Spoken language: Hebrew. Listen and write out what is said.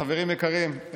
חברים יקרים,